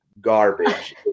garbage